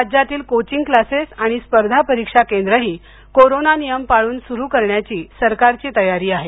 राज्यातील coaching classes आणि स्पर्धा परीक्षा केंद्रंही कोरोना नियम पाळून सु्रू करण्याची सरकारची तयारी आहे